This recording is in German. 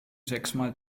sechsmal